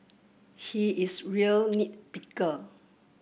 he is real nit picker